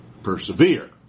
persevere